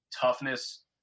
toughness